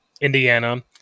Indiana